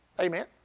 Amen